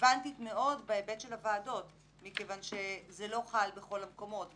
רלוונטית מאוד בהיבט של הוועדות מכיוון שזה לא חל בכל המקומות.